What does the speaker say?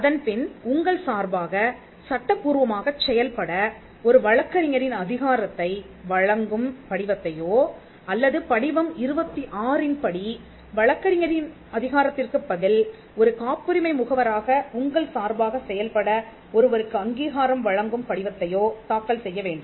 அதன்பின் உங்கள் சார்பாக சட்டபூர்வமாகச் செயல்பட ஒரு வழக்கறிஞரின் அதிகாரத்தை வழங்கும் படிவத்தையோ அல்லது படிவம் 26 இன்படி வழக்கறிஞரின் அதிகாரத்திற்குப் பதில் ஒரு காப்புரிமை முகவராக உங்கள் சார்பாக செயல்பட ஒருவருக்கு அங்கீகாரம் வழங்கும் படிவத்தையோ தாக்கல் செய்யவேண்டும்